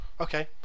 Okay